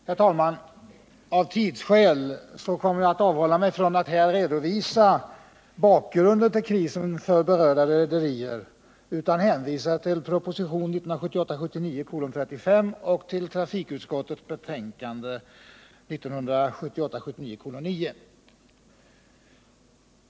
Herr talman! Av tidsskäl kommer jag att avhålla mig från att här redovisa bakgrunden till krisen för berörda rederier; jag hänvisar till proposition 1978 79:9.